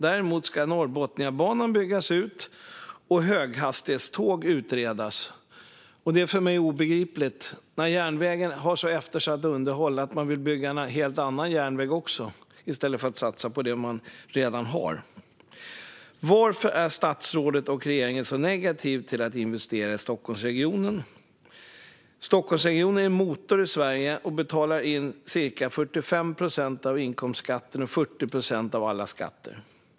Däremot ska Norrbotniabanan byggas ut och höghastighetståg utredas. Det är för mig obegripligt att man, när järnvägen har så eftersatt underhåll, vill bygga en helt ny järnväg, i stället för att satsa på det man redan har. Varför är statsrådet och regeringen så negativa till att investera i Stockholmsregionen? Stockholmsregionen är en motor i Sverige och betalar ca 45 procent av inkomstskatten och 40 procent av alla skatter.